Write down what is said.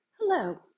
Hello